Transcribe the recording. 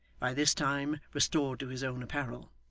by this time restored to his own apparel